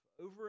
Over